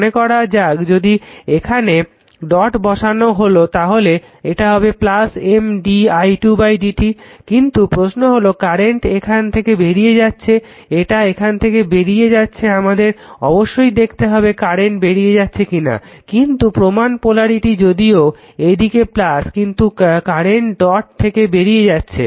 মনেকরা যাক যদি এখানে ডট বসানো হলো তাহলে এটা হবে M di2 dt কিন্তু প্রশ্ন হলো কারেন্ট এখান থেকে বেরিয়ে যাচ্ছে এটা এখান থেকে বেরিয়ে যাচ্ছে আমাদের অবশ্যই দেখতে হবে কারেন্ট বেরিয়ে যাচ্ছে কিনা কিন্তু প্রমান পোলারিটি যদিও এদিকে কিন্তু কারেন্ট ডট থেকে বেরিয়ে যাচ্ছে